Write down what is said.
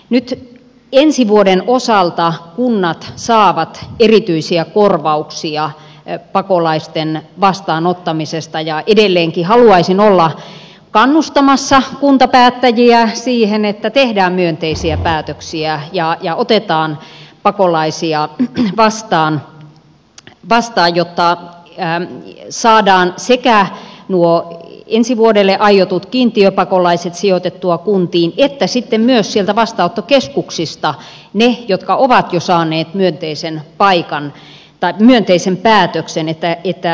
nyt ensi vuoden osalta kunnat saavat erityisiä korvauksia pakolaisten vastaanottamisesta ja edelleenkin haluaisin olla kannustamassa kuntapäättäjiä siihen että tehdään myönteisiä päätöksiä ja otetaan pakolaisia vastaan jotta saadaan sekä nuo ensi vuodelle aiotut kiintiöpakolaiset sijoitettua kuntiin että sitten myös vastaanottokeskuksista ne jotka ovat jo saaneet myönteisen päätöksen saisivat paikan